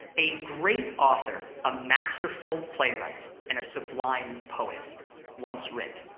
a great author, a masterful playwright and a sublime poet once writ.